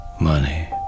money